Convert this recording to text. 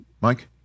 Mike